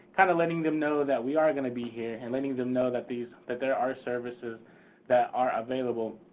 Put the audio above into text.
kind of letting them know that we are gonna be here and letting them know that these, that there are services that are available.